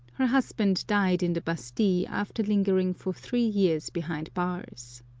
her husband died in the bastille after lingering for three years behind bars.